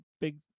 big